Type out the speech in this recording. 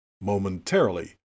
momentarily